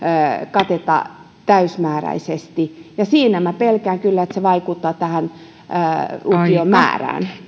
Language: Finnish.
kateta täysmääräisesti ja pelkään kyllä että se vaikuttaa tähän lukioiden määrään